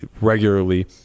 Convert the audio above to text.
regularly